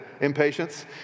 Impatience